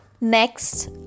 Next